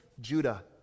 Judah